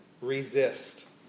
resist